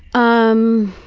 um.